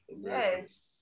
Yes